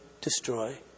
destroy